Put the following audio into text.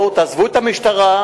תעזבו את המשטרה,